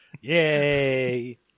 Yay